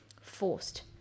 forced